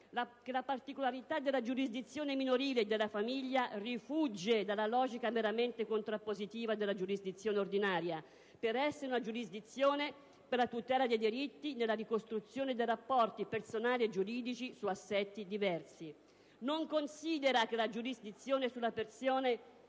che la particolarità della giurisdizione minorile e della famiglia rifugge dalla logica meramente contrappositiva della giurisdizione ordinaria per essere una giurisdizione per la tutela dei diritti nella ricostruzione dei rapporti personali e giuridici su assetti diversi. Non considera che la giurisdizione sulla persona